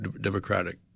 Democratic